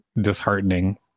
disheartening